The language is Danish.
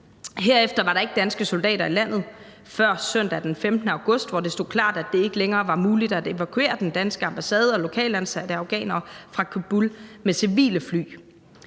Herefter var der ikke danske soldater i landet før søndag den 15. august, hvor det stod klart, at det ikke længere var muligt at evakuere den danske ambassade og lokalansatte afghanere fra Kabul med civile fly.